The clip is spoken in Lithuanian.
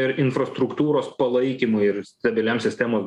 ir infrastruktūros palaikymui ir stabiliam sistemos